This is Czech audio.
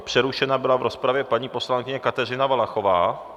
Přerušena byla v rozpravě paní poslankyně Kateřina Valachová.